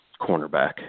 cornerback